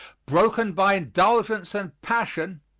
broken by indulgence and passion,